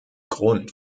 grund